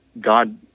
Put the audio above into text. God